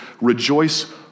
Rejoice